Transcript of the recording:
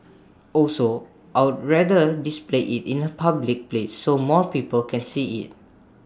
also I'd rather display IT in A public place so more people can see IT